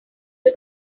can